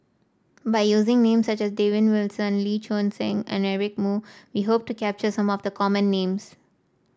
by using names such as David Wilson Lee Choon Seng and Eric Moo we hope to capture some of the common names